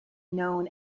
known